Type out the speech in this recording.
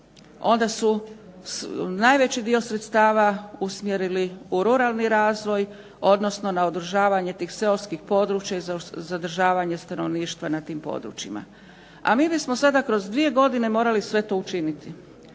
onda su najveći dio sredstava usmjerili u ruralni razvoj, odnosno na održavanje tih seoskih područja i zadržavanje stanovništva na tim područjima. A mi bismo sada kroz dvije godine morali sve to učiniti.